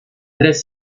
tres